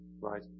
Right